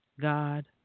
God